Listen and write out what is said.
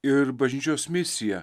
ir bažnyčios misija